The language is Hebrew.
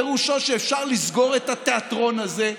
פירושו שאפשר לסגור את התיאטרון הזה,